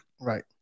right